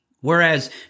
Whereas